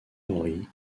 henry